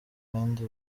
kandi